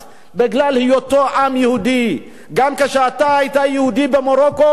גם כשאתה היית יהודי במרוקו או באתיופיה או בכל מקום אחר,